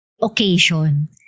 occasion